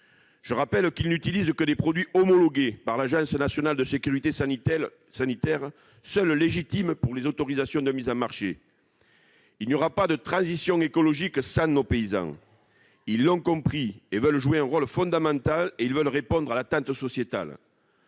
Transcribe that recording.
Je rappelle qu'ils n'utilisent que des produits homologués par l'Agence nationale de sécurité sanitaire de l'alimentation, seule légitime pour les autorisations de mise sur le marché. Il n'y aura pas de transition écologique sans nos paysans. Ils l'ont compris et veulent y jouer un rôle fondamental et répondre à l'attente sociétale.